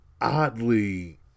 oddly